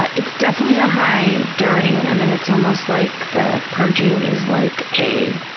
but it's definitely a high during, and then it's almost like the purging is like a,